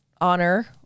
honor